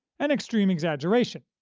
an extreme exaggeration,